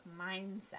mindset